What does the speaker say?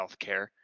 healthcare